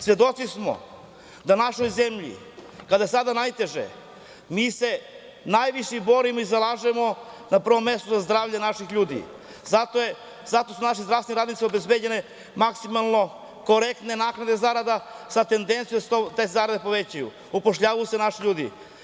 Svedoci smo da našoj zemlji, sada kada je najteže, mi se najviše borimo i zalažemo na prvom mestu za zdravlje naših ljudi, zato su našim zdravstvenim radnicima obezbeđene maksimalno korektne naknade zarada, sa tendencijom da se te zarade povećaju, upošljavaju se naši ljudi.